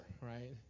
right